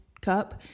Cup